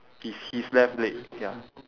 it's his left leg ya ya